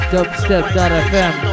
Dubstep.fm